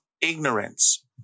ignorance